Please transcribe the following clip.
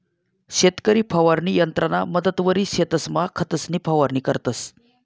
शेतकरी फवारणी यंत्रना मदतवरी शेतसमा खतंसनी फवारणी करतंस